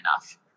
enough